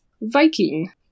viking